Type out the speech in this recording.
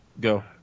Go